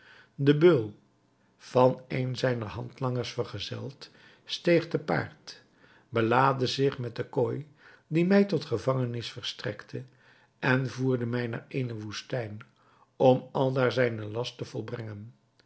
de beul van een zijner handlangers vergezeld steeg te paard belaadde zich met de kooi die mij tot gevangenis verstrekte en voerde mij naar eene woestijn om aldaar zijn last te volbrengen